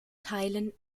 teilen